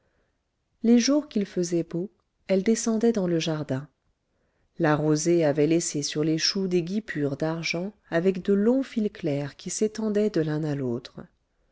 les jours qu'il faisait beau elle descendait dans le jardin la rosée avait laissé sur les choux des guipures d'argent avec de longs fils clairs qui s'étendaient de l'un à l'autre